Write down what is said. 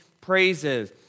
praises